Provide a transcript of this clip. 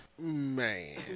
Man